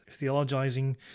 theologizing